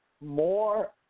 more